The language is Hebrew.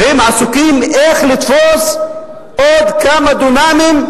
והם עסוקים, איך לתפוס עוד כמה דונמים,